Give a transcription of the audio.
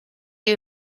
you